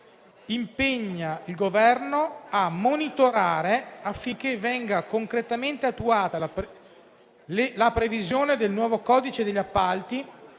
«impegna il Governo a monitorare affinché vengano concretamente attuate le previsioni del nuovo codice degli appalti